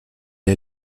est